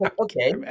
okay